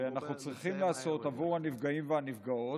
שאנחנו צריכים לעשות עבור הנפגעים והנפגעות,